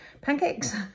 Pancakes